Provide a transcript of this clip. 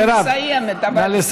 אני מסיימת, אבל, נא לסיים.